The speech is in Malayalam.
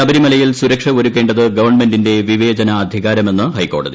ശബരിമലയിൽ സ്ുർക്ഷ് ഒരുക്കേണ്ടത് ഗവൺമെന്റിന്റെ ന് വിവേചനാധികാരമെന്ന് ഹൈക്കോടതി